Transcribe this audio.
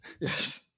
Yes